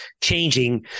changing